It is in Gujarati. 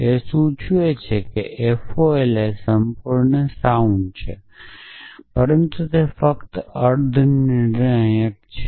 તે સૂચવે છે કે FOL સંપૂર્ણ સાઉન્ડ છે પરંતુ તે ફક્ત અર્ધ નિર્ણાયક છે